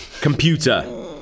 Computer